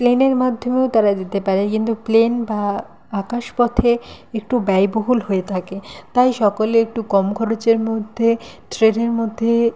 প্লেনের মাধ্যমেও তারা যেতে পারে কিন্তু প্লেন বা আকাশপথে একটু ব্যয়বহুল হয়ে থাকে তাই সকলে একটু কম খরচের মধ্যে ট্রেনের মধ্যে